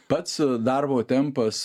pats darbo tempas